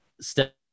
step